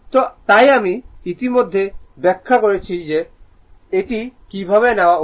তো এই আমি ইতিমধ্যে ব্যাখ্যা করেছি যে এটি কীভাবে নেওয়া উচিত